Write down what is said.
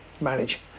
manage